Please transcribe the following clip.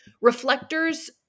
reflectors